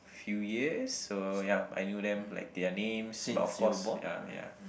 few years so ya I knew them like their names but of course ya ya